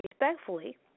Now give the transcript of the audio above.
respectfully